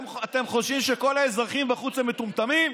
אתם חושבים שכל האזרחים בחוץ הם מטומטמים?